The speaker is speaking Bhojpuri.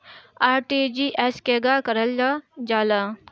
आर.टी.जी.एस केगा करलऽ जाला?